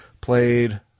played